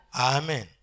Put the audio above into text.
Amen